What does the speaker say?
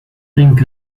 think